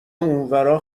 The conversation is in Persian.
اونورا